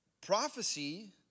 prophecy